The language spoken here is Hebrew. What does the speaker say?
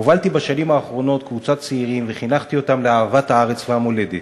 הובלתי בשנים האחרונות קבוצת צעירים וחינכתי אותם לאהבת הארץ והמולדת.